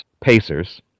Pacers